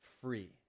free